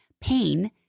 pain